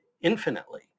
infinitely